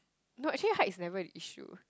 no actually height is never an issue